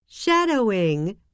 Shadowing